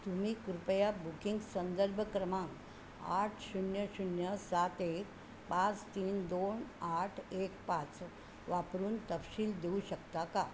तुम्ही कृपया बुकिंग संदर्भ क्रमांक आठ शून्य शून्य सात एक पाच तीन दोन आठ एक पाच वापरून तपशील देऊ शकता का